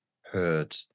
heard